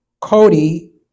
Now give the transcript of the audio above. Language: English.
Cody